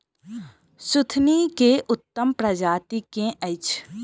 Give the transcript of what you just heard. सुथनी केँ उत्तम प्रजाति केँ अछि?